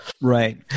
Right